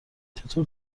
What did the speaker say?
چطور